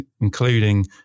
including